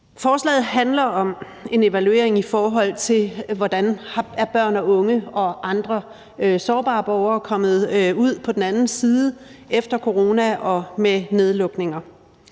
Forslaget handler om en evaluering, i forhold til hvordan børn, unge og andre sårbare borgere er kommet ud på den anden side efter corona og nedlukninger.